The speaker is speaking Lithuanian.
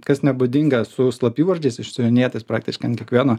kas nebūdinga su slapyvardžiais išsiuvinėtais praktiškai ant kiekvieno